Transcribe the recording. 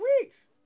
weeks